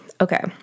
Okay